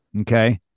Okay